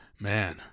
Man